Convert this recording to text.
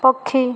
ପକ୍ଷୀ